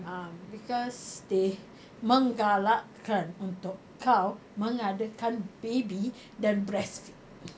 ah because they menggalakkan untuk kau mengadakan baby dan breastfeed